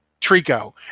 Trico